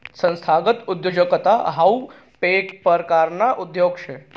संस्थागत उद्योजकता हाऊ येक परकारना उद्योग शे